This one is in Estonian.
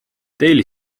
daily